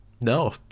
no